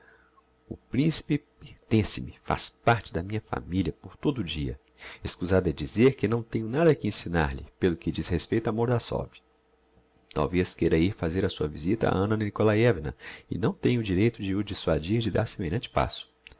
o principe pertence me faz parte da minha familia por todo o dia escusado é dizer que não tenho nada que ensinar lhe pelo que diz respeito a mordassov talvez queira ir fazer a sua visita á anna nikolaievna e não tenho direito de o dissuadir de dar semelhante passo